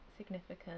significant